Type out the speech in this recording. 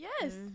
Yes